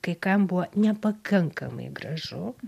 kai kam buvo nepakankamai gražu